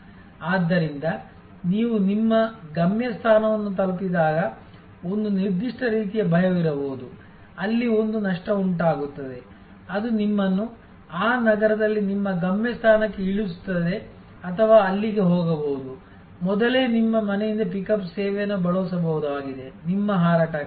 ಆದ್ದರಿಂದ ನೀವು ನಿಮ್ಮ ಗಮ್ಯಸ್ಥಾನವನ್ನು ತಲುಪಿದಾಗ ಒಂದು ನಿರ್ದಿಷ್ಟ ರೀತಿಯ ಭಯವಿರಬಹುದು ಅಲ್ಲಿ ಒಂದು ನಷ್ಟವುಂಟಾಗುತ್ತದೆ ಅದು ನಿಮ್ಮನ್ನು ಆ ನಗರದಲ್ಲಿ ನಿಮ್ಮ ಗಮ್ಯಸ್ಥಾನಕ್ಕೆ ಇಳಿಸುತ್ತದೆ ಅಥವಾ ಅಲ್ಲಿಗೆ ಹೋಗಬಹುದು ಮೊದಲೇ ನಿಮ್ಮ ಮನೆಯಿಂದ ಪಿಕಪ್ ಸೇವೆಯನ್ನು ಬಳಸಬಹುದಾಗಿದೆ ನಿಮ್ಮ ಹಾರಾಟಕ್ಕಾಗಿ